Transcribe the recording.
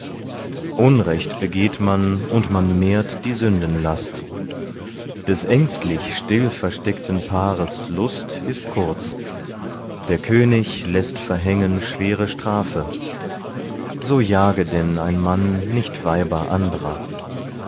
unrecht begeht man und man mehrt die sündenlast des ängstlich still versteckten paares lust ist kurz der könig läßt verhängen schwere strafe so jage denn ein mann nicht weiber andrer